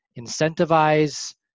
incentivize